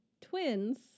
twins